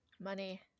Money